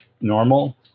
Normal